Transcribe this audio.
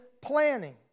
planning